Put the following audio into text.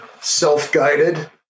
self-guided